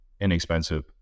inexpensive